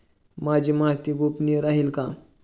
माझी माहिती गोपनीय राहील का?